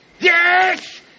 yes